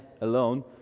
alone